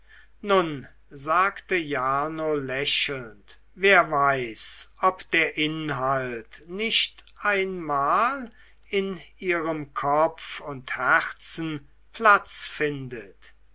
nun sagte jarno lächelnd wer weiß ob der inhalt nicht einmal in ihrem kopf und herzen platz findet